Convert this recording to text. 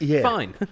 fine